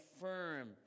firm